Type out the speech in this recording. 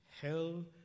hell